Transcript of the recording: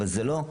אבל זה לא,